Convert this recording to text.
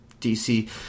DC